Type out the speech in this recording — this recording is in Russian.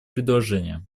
предложения